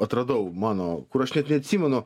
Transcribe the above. atradau mano kur aš net neatsimenu